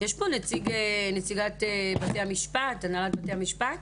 יש פה נציג או נציגה של הנהלת בתי המשפט?